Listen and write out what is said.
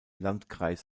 landkreis